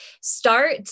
start